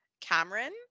Cameron